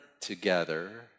together